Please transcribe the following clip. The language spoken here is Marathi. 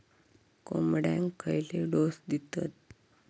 कोंबड्यांक खयले डोस दितत?